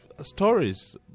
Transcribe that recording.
stories